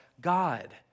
God